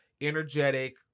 energetic